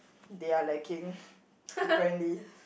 they are lacking apparently